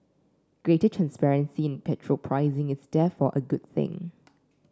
greater transparency in petrol pricing is therefore a good thing